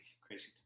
Crazy